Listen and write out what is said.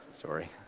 sorry